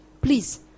Please